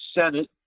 Senate